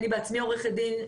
אני בעצמי עורכת דין.